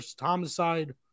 homicide